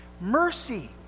Mercy